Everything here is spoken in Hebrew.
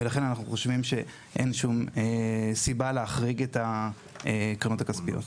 ולכן אנחנו חושבים שאין שום סיבה להחריג את הקרנות הכספיות.